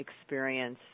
experience